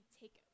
take